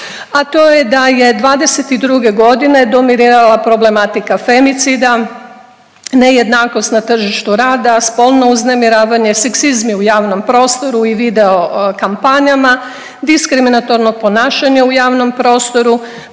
a to je da je '22. godine dominirala problematika femicida, nejednakost na tržištu rada, spolno uznemiravanje, seksizmi u javnom prostoru i video kampanjama, diskriminatorno ponašanje u javnom prostoru,